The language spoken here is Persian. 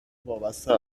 وابسته